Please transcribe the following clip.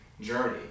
journey